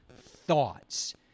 thoughts